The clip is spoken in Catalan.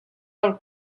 del